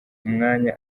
mwanya